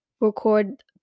record